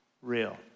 real